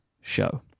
show